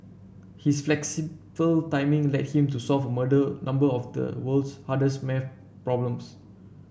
his flexible timing led him to solve murder number of the world's hardest maths problems